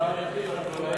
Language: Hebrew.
שהשר יחליט לאיזו ועדה.